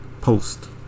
post